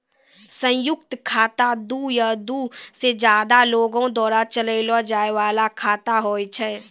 संयुक्त खाता दु या दु से ज्यादे लोगो द्वारा चलैलो जाय बाला खाता होय छै